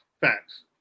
facts